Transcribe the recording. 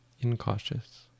Incautious